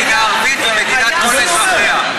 מדינה ערבית ומדינת כל אזרחיה.